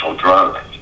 Drug